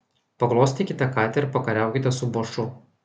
paglostykite katę ir pakariaukite su bošu